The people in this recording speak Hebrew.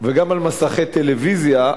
וגם על מסכי טלוויזיה,